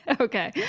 Okay